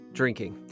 drinking